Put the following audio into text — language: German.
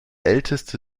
älteste